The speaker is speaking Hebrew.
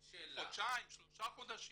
חודשיים, שלושה חודשים.